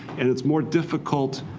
and it's more difficult.